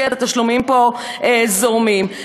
התשלומים פה זורמים.